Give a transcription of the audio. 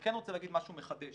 אני כן רוצה להגיד משהו מחדש,